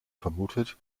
vermutet